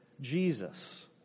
Jesus